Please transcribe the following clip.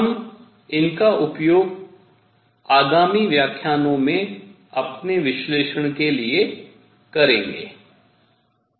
हम इनका उपयोग आगामी व्याख्यानों में अपने विश्लेषण के लिए करेंगे